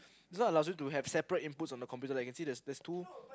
this one allows you to have separate inputs on the computer that you can see there's there's two